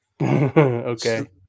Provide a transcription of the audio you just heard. Okay